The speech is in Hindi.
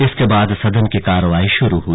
इसके बाद सदन की कार्यवाही शुरू हुई